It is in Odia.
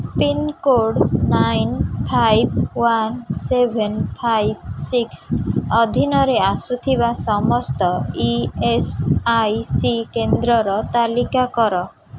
pincode nine five one seven five six ଅଧୀନରେ ଆସୁଥିବା ସମସ୍ତ ଇ ଏସ୍ ଆଇ ସି କେନ୍ଦ୍ରର ତାଲିକା କର